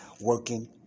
Working